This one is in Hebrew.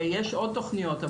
יש עוד תוכניות,